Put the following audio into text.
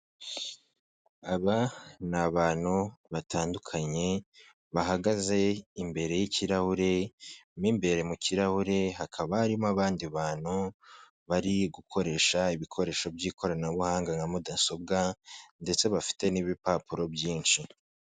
Aba ni abantu batandukanye bahagaze imbere y'kirahure, mo imbere mu kirahure hakaba harimo abandi bantu bari gukoresha ibikoresho by'ikoranabuhanga nka mudasobwa ndetse bafite n'ibipapuro byinshi.